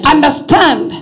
Understand